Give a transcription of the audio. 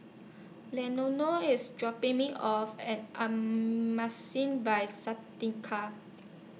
Leonor IS dropping Me off At By Santika